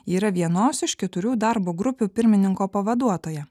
ji yra vienos iš keturių darbo grupių pirmininko pavaduotoja